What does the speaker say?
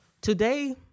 today